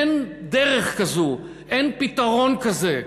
אין דרך כזאת, אין פתרון כזה.